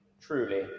truly